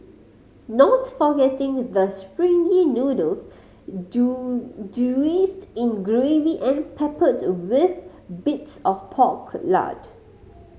not forgetting the springy noodles doused in gravy and peppered with bits of pork lard